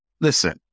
Listen